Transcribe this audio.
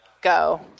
Go